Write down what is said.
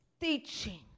teaching